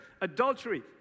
adultery